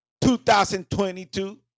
2022